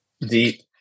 deep